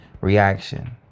Reaction